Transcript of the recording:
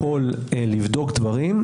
יכול לבדוק דברים,